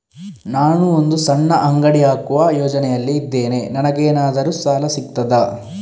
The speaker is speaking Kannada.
ನಾನು ಒಂದು ಸಣ್ಣ ಅಂಗಡಿ ಹಾಕುವ ಯೋಚನೆಯಲ್ಲಿ ಇದ್ದೇನೆ, ನನಗೇನಾದರೂ ಸಾಲ ಸಿಗ್ತದಾ?